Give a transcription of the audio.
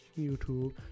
YouTube